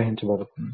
తొలగిస్తుంది